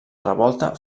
revolta